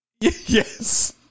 Yes